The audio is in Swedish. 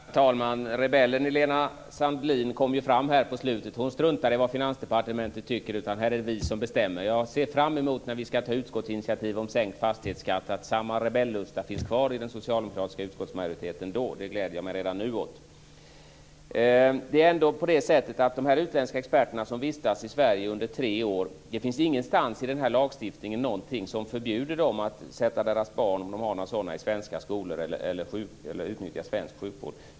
Herr talman! Rebellen i Lena Sandlin kom ju fram här på slutet. Hon struntar i vad Finansdepartementet tycker. Här är det vi som bestämmer. Jag ser fram emot att samma rebellusta finns kvar i den socialdemokratiska utskottsmajoriteten när vi ska ta utskottsinitiativ om sänkt fastighetskatt. Det gläder jag mig redan nu åt. Det finns ingenting i den här lagstiftningen som förbjuder de utländska experterna som vistas i Sverige under tre år att sätta sina barn, om de har några sådana, i svenska skolor eller utnyttja svensk sjukvård.